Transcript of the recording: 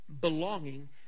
belonging